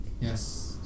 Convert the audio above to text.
Yes